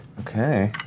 okay.